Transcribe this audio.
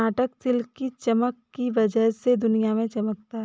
Karnataka silk की चमक की वजह से दुनिया में चमकता है